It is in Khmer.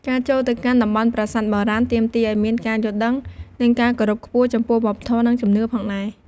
ការចូលទៅកាន់តំបន់ប្រាសាទបុរាណ ទាមទារឲ្យមានការយល់ដឹង និងការគោរពខ្ពស់ចំពោះវប្បធម៌ និងជំនឿផងដែរ។